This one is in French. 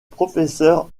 professeur